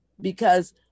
Because-